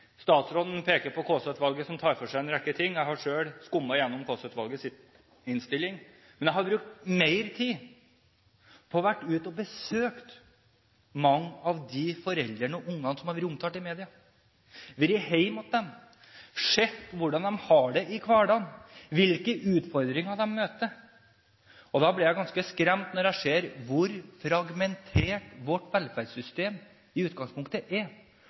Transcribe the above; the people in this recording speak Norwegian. innstilling, men jeg har brukt mer tid på å være ute og besøke mange av de foreldrene og ungene som har vært omtalt i media. Jeg har vært hjemme hos dem og sett hvordan de har det i hverdagen, hvilke utfordringer de møter. Jeg blir ganske skremt når jeg ser hvor fragmentert vårt velferdssystem i utgangspunktet er.